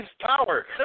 power